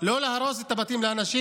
לא להרוס לאנשים